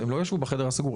הם לא ישבו בחדר הסמוך,